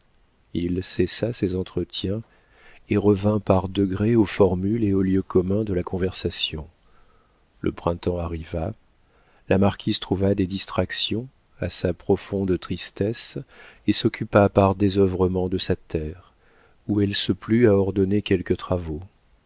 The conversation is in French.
il cessa ses entretiens et revint par degrés aux formules et aux lieux communs de la conversation le printemps arriva la marquise trouva des distractions à sa profonde tristesse et s'occupa par désœuvrement de sa terre où elle se plut à ordonner quelques travaux